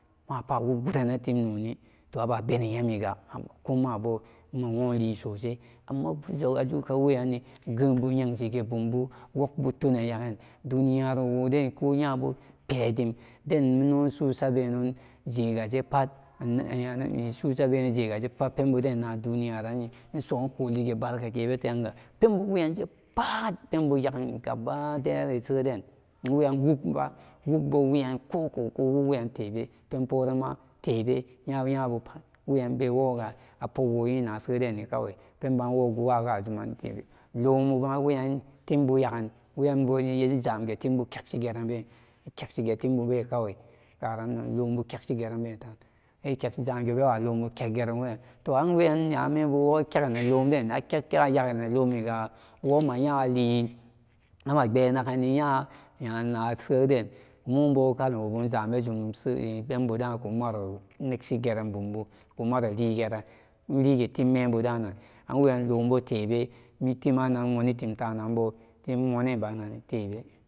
Mapat awog gurannan katim nóóni toh aba beni yemiga ko mabo ma woli sosai amma weyanni gembu yanshi gegi bumbu wogbu tunen yagem duniyaro woden bu pedim deno sugabenen jega jepat jega jepat penbodun naduniyaranni isum koli regigeranga babadayaden wenan wogma wogbu wemiyan kokoko wagwayan tebe panporama tebe yaba yabupat weyan tebe a poogyinnaseden kawai penba wogu waga zuman tebe lóómbuma weyan kyashi gerenbe kyakshigeren timbu be kawai karannan lóómbu kyak shigeren dan zage bewa lóómbu kyakgeren toh anwenan akyagenen lóóm den akyak kyak yagi lóómiga womanya li amma pbéé naganni nyanaseden mobóó kalumwubu zamende seden jumse penboda kun maro negsi geren penbuda bumbu kumaro ligeran ilige timmebudaran an weyanbo lumtebe itimanan iwonitim bananan tebe.